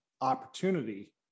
opportunity